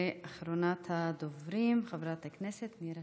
אחרונת הדוברים, חברת הכנסת נירה